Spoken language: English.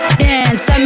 dance